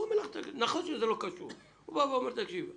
נכון שזה לא קשור אני,